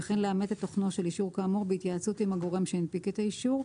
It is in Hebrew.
וכן לאמת את תוכנו של אישור כאמור בהתייעצות עם הגורם שהנפיק את האישור,